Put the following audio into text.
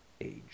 age